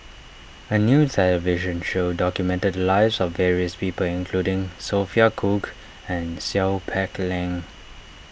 a new television show documented lives of various people including Sophia Cooke and Seow Peck Leng